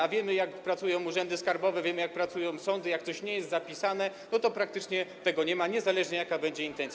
A wiemy, jak pracują urzędy skarbowe, wiemy, jak pracują sądy, jak coś nie jest zapisane, to praktycznie tego nie ma, niezależnie od tego, jaka będzie intencja.